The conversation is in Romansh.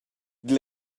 dil